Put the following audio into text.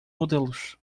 modelos